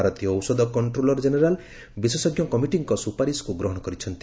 ଭାରତୀୟ ଔଷଧ କଷ୍ଟ୍ରୋଲର ଜେନେରାଲ୍ ବିଶେଷଜ୍ଞ କମିଟିଙ୍କ ସୁପାରିଶକୁ ଗ୍ରହଣ କରିଛନ୍ତି